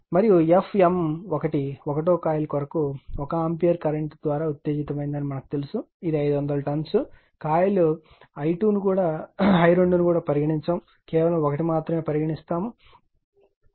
మరియు Fm1 ఒకటవ coil కొరకు 1 ఆంపియర్ కరెంట్ ద్వారా ఉత్తేజితమైందని మనకు తెలుసు మరియు ఇది 500 టర్న్స్ కాయిల్ i2 ను పరిగణించము కేవలం 1 మాత్రమే పరిగణిస్తాము